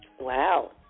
Wow